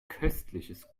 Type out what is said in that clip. köstliches